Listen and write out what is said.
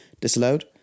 disallowed